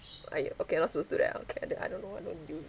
!aiyo! okay I'm not supposed to do that okay I don't I don't know I'm gonna do